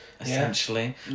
essentially